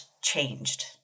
changed